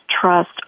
trust